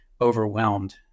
overwhelmed